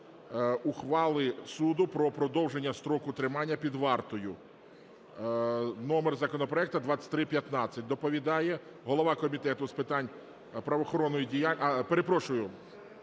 ухвали суду про продовження строку тримання під вартою. Номер законопроекту - 2315. Доповідає голова Комітету з питань правоохоронної діяльності…